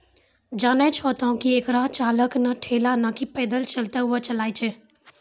जानै छो तोहं कि हेकरा चालक नॅ ठेला नाकी पैदल चलतॅ हुअ चलाय छै